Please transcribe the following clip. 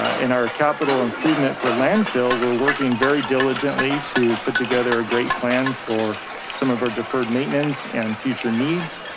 in our capital improvement for landfill, we're working very diligently to put together a great plan for some of our deferred maintenance and future needs.